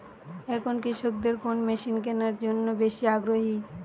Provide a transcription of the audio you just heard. এখন কৃষকদের কোন মেশিন কেনার জন্য বেশি আগ্রহী?